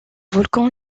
volcan